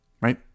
right